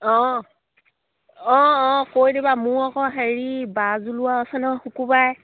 অঁ অঁ অঁ কৈ দিবা মোৰ আকৌ হেৰি বাজলোৱা আছে ন শুকুৰবাৰে